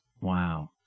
Wow